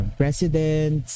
president